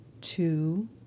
two